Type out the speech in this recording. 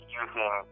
using